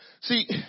See